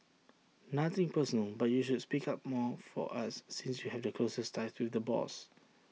nothing personal but you should speak up more for us since you have the closest ties though the boss